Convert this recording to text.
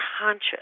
conscious